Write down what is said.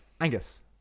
Angus